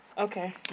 Okay